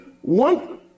One